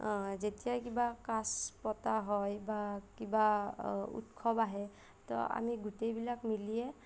যেতিয়া কিবা কাজ পতা হয় বা কিবা উৎসৱ আহে তো আমি গোটেইবিলাক মিলিয়েই